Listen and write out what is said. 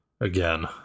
again